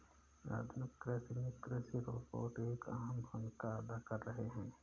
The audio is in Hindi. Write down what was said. आधुनिक कृषि में कृषि रोबोट एक अहम भूमिका अदा कर रहे हैं